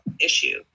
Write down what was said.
issue